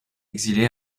exilé